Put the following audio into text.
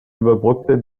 überbrückte